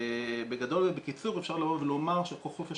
בגדול ובקיצור אפשר לומר שחוק חופש